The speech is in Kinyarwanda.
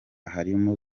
harimo